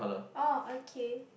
oh okay